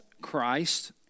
Christ